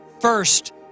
first